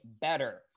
better